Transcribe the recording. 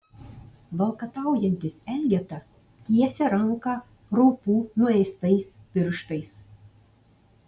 valkataujantis elgeta tiesia ranką raupų nuėstais pirštais